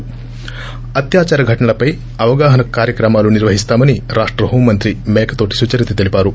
ి అత్యాచార ఘటనల చట్టాలపై అవగాహన కార్యక్రమాలు నిర్వహిస్తామని రాష్ట హోం మంత్రి మేకతోటి సుచరిత తెలిపారు